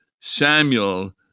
Samuel